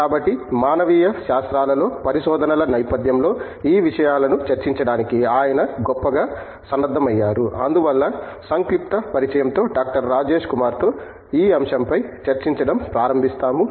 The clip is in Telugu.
కాబట్టి మానవీయ శాస్త్రాలలో పరిశోధనల నేపథ్యంలో ఈ విషయాలను చర్చించడానికి ఆయన గొప్పగా సన్నద్ధమయ్యారు అందువల్ల సంక్షిప్త పరిచయంతో డాక్టర్ రాజేష్ కుమార్తో ఈ అంశంపై చర్చించడం ప్రారంభిస్తాము